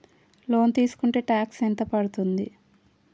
Loan తీస్కుంటే tax ఎంత పడ్తుంది?